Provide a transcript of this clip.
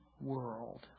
world